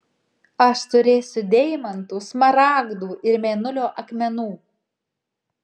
aš turėsiu deimantų smaragdų ir mėnulio akmenų